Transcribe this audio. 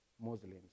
Muslims